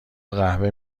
قهوه